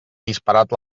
disparat